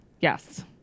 Yes